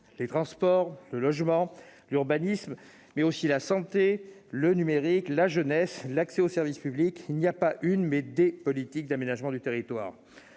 les transports, le logement et l'urbanisme, mais aussi la santé, le numérique, la jeunesse et l'accès aux services publics. Il y a donc non pas « une » mais « des » politiques d'aménagement du territoire.